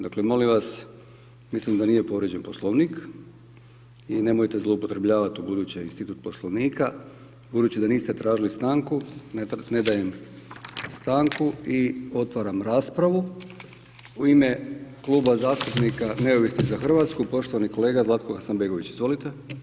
Dakle, molim vas, mislim da nije povrijeđen poslovnik i nemojte zloupotrebljavati ubuduće institut poslovnika, budući da niste tražili stanku, ne dajem stanku i otvaram raspravu u ime Kluba zastupnika Neovisni za Hrvatsku, poštovani kolega Zlatko Hasanbegović, izvolite.